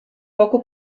poco